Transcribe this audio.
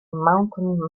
mountain